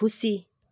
खुसी